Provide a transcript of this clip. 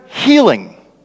healing